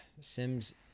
Sims